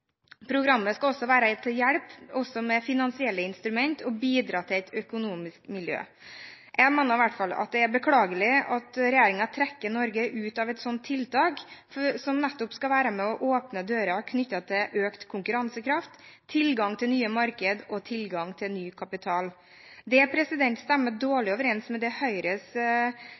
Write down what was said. Programmet skal også være til hjelp med finansielle instrumenter, og bidra til et økonomisk miljø. Jeg mener i hvert fall det er beklagelig at regjeringen trekker Norge ut av et slikt tiltak, som nettopp skal være med på å åpne dører knyttet til økt konkurransekraft, tilgang til nye markeder og tilgang til ny kapital. Det stemmer dårlig overens med Høyres